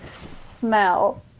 smell